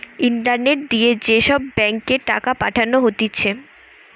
internet দিয়ে যে সব ব্যাঙ্ক এ টাকা পাঠানো হতিছে